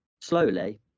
slowly